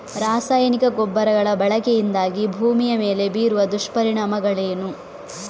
ರಾಸಾಯನಿಕ ಗೊಬ್ಬರಗಳ ಬಳಕೆಯಿಂದಾಗಿ ಭೂಮಿಯ ಮೇಲೆ ಬೀರುವ ದುಷ್ಪರಿಣಾಮಗಳೇನು?